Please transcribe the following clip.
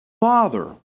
Father